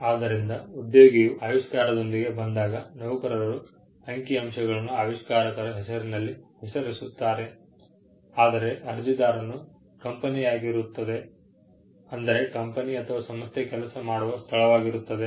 ಆದ್ದರಿಂದ ಉದ್ಯೋಗಿಯು ಆವಿಷ್ಕಾರದೊಂದಿಗೆ ಬಂದಾಗ ನೌಕರರು ಅಂಕಿಅಂಶಗಳನ್ನು ಆವಿಷ್ಕಾರಕರ ಹೆಸರಿನಲ್ಲಿ ಹೆಸರಿಸುತ್ತಾರೆ ಆದರೆ ಅರ್ಜಿದಾರನು ಕಂಪನಿಯಾಗಿರುತ್ತದೆ ಅಂದರೆ ಕಂಪನಿ ಅಥವಾ ಸಂಸ್ಥೆ ಕೆಲಸ ಮಾಡುವ ಸ್ಥಳವಾಗಿರುತ್ತದೆ